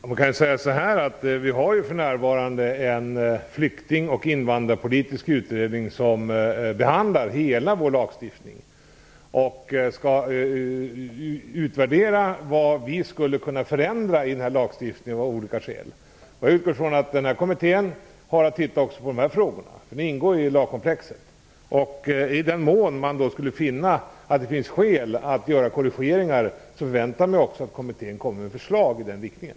Herr talman! Vi har för närvarande en flyktingoch invandrarpolitisk utredning som behandlar hela vår lagstiftning. Den skall utvärdera vad vi av olika skäl skulle kunna förändra i den här lagstiftningen. Jag utgår från att kommittén har att titta också på de här frågorna. De ingår i lagkomplexet. I den mån man skulle finna att det finns skäl att göra korrigeringar förväntar vi oss att kommittén kommer med förslag i den riktningen.